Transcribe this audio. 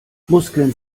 muskeln